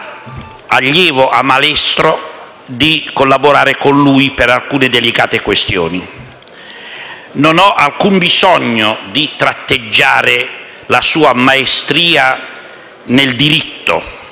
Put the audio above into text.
allievo a maestro, di collaborare con lui per alcune delicate questioni. Non ho alcun bisogno di tratteggiare la sua maestria nel diritto: